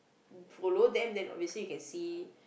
follow them that obviously you can see